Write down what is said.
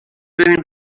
بریم